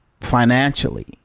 financially